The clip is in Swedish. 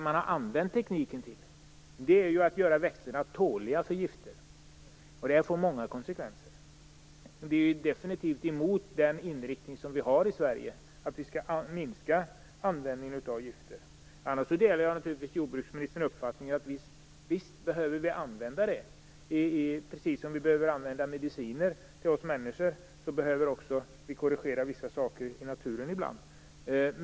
Man har ju använt tekniken till att göra växterna tåliga mot gifter. Det får många konsekvenser. Det går ju definitivt mot den inriktning som vi har i Sverige, att vi skall minska användningen av gifter. Jag delar naturligtvis jordbruksministerns uppfattning att vi behöver använda gifter ibland. Precis som vi människor behöver mediciner behöver vissa saker i naturen ibland korrigeras.